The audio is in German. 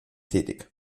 tätig